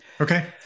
Okay